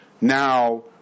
now